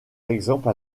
exemple